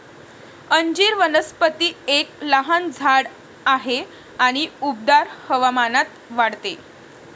अंजीर वनस्पती एक लहान झाड आहे आणि उबदार हवामानात वाढते